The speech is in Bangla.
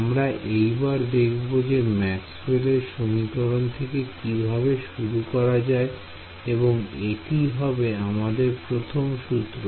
আমরা এইবার দেখব যে ম্যাক্সওয়েল এর সমীকরণ থেকে কিভাবে শুরু করা যায় এবং এটিই হবে আমাদের প্রথম সূত্র